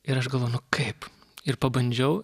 ir aš galvoju nu kaip ir pabandžiau